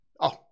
Oh